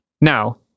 Now